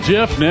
Jeff